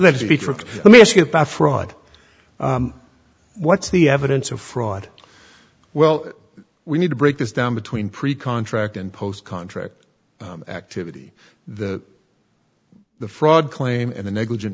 tricked let me ask you about fraud what's the evidence of fraud well we need to break this down between pre contract and post contract activity the the fraud claim and the negligent